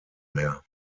mehr